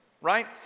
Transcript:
right